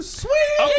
sweet